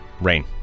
Rain